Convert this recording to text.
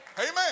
Amen